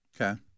Okay